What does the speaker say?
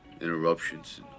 Interruptions